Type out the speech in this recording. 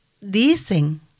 dicen